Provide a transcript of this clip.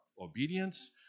obedience